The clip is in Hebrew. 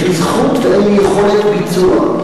יש לי זכות ואין לי יכולת ביצוע,